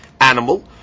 animal